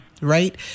right